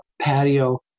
patio